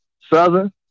Southern